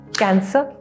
cancer।